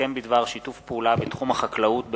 הסכם בדבר שיתוף פעולה בתחום החקלאות בין